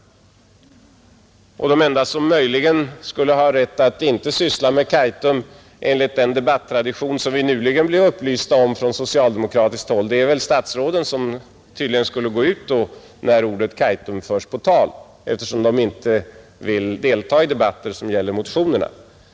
De enda som möjligen skulle ha rätt att inte syssla med Kaitum enligt den debattradition som vi nyligen blev upplysta om från socialdemokratiskt håll är väl statsråden, som då tydligen skulle gå ut eftersom de inte vill delta i debatter som gäller motioner.